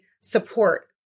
support